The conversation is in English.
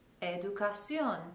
educación